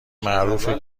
معروفه